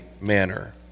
manner